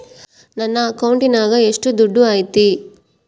ನನ್ನ ಅಕೌಂಟಿನಾಗ ಎಷ್ಟು ದುಡ್ಡು ಐತಿ?